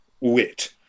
wit